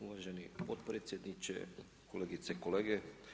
Uvaženi potpredsjedniče, kolegice i kolege.